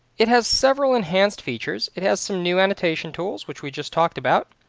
it has several enhanced features. it has some new annotation tools, which we just talked about.